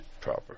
proper